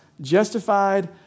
justified